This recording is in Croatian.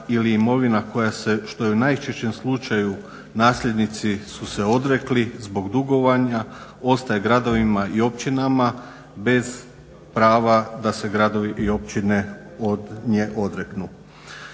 ili imovina koja se što je u najčešćem slučaju nasljednici su se odrekli zbog dugovanja ostaje gradovima i općinama bez prava da se gradovi i općine od nje odreknu.